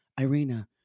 Irina